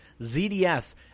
ZDS